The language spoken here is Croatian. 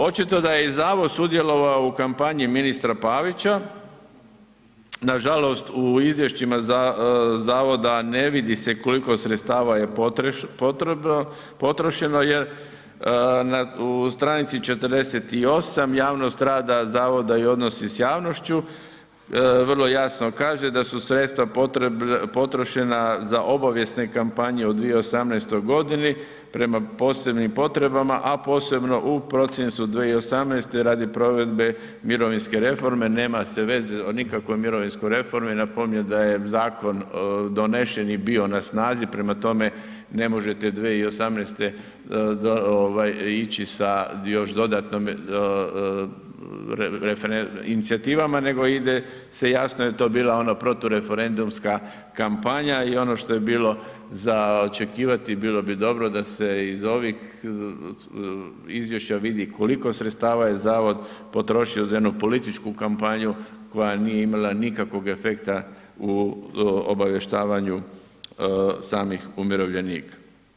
Očito da je i zavod sudjelovao u kampanji ministra Pavića, nažalost u izvješćima zavoda ne vidi se koliko sredstva je potrošeno jer na str. 48 javnost rada zavoda i odnosi s javnošću, vrlo jasno kaže da su sredstva potrošena za obavijesne kampanje u 2018. g. prema posebnim potrebama a posebno u prosincu 2018. radi provedbe mirovinske reforme, nema se veze o nikakvoj mirovinskoj reformi, napominjem da je zakon donesen i bio na snazi prema tome, ne možete 2018. ići sa još dodatnim inicijativama nego ide se jasno jer to bila ona protureferendumska kampanja i ono što je bilo za očekivati, bilo bi dobro da se iz ovih izvješće vidi koliko sredstava je zavod potrošio za jednu političku kampanju koja nije imala nikakvog efekta u obavještavanju samih umirovljenika.